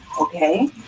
okay